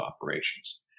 operations